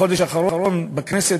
בחודש האחרון בכנסת,